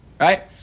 right